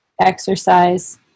exercise